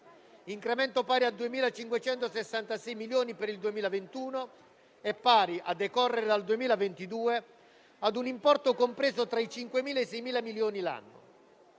stanziamento pari a 2.566 milioni per il 2021 e pari, a decorrere dal 2022, ad un importo compreso tra 5.000 e i 6.000 milioni l'anno.